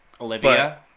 Olivia